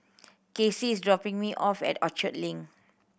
Casey is dropping me off at Orchard Link